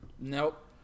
Nope